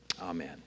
Amen